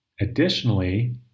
Additionally